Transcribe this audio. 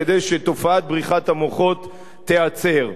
כדי שתופעת בריחת המוחות תיעצר.